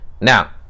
Now